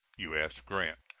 u s. grant.